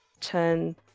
turn